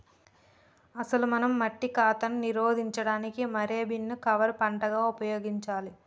అసలు మనం మట్టి కాతాను నిరోధించడానికి మారే బీన్ ను కవర్ పంటగా ఉపయోగించాలి